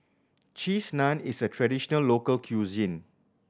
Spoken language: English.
Cheese Naan is a traditional local cuisine